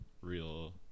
real